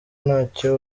ntacyo